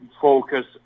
focus